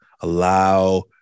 allow